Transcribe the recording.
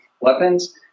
weapons